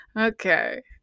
okay